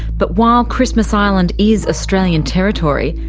but while christmas island is australian territory,